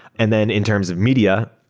and then in terms of media,